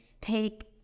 take